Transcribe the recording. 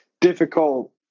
difficult